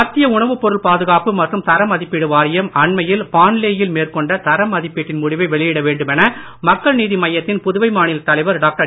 மத்திய உணவுப் பொருள் பாதுகாப்பு மற்றும் தர மதிப்பீடு வாரியம் அண்மையில் பான்லே யில் மேற்கொண்ட தர மதிப்பீட்டின் முடிவை வெளியிட வேண்டுமென மக்கள் நீதிமய்யத்தின் புதுவை மாநிலத் தலைவர் டாக்டர்